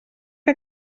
que